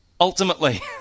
ultimately